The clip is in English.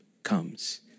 comes